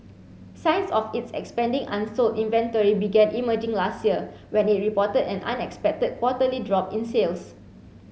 signs of its expanding unsold inventory began emerging last year when it reported an unexpected quarterly drop in sales